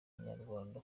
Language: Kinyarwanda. abanyarwanda